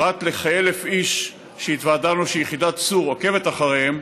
פרט לכ-1,000 איש שהתוודענו שיחידת צור עוקבת אחריהם,